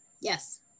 Yes